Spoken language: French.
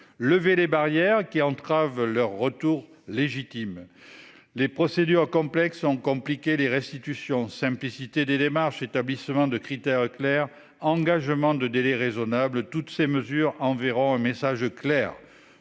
lever les barrières qui entravent leur retour légitime. Les procédures complexes ont compliqué les restitutions simplicité des démarches établissement de critères clairs engagement de délais raisonnables. Toutes ces mesures enverront un message clair.